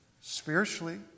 spiritually